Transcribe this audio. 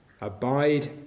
Abide